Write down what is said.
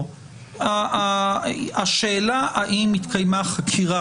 הציפייה שלי היא לא שמישהו יודיע שהוא לא יכבד את החוק,